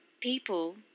people